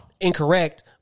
incorrect